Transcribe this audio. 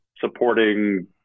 supporting